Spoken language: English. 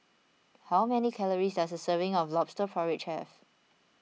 how many calories does a serving of Lobster Porridge have